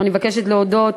אני מבקשת להודות,